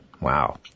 Wow